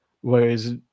whereas